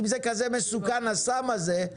אם זה כזה מסוכן הסם הזה,